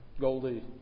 Goldie